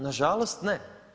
Nažalost ne.